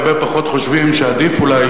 הרבה הרבה פחות חושבים שעדיף אולי,